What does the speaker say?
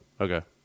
Okay